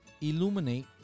illuminate